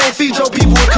ah feed your people,